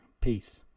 Peace